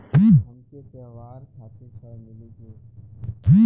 हमके त्योहार खातिर ऋण मिली का?